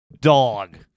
dog